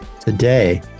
today